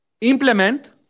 implement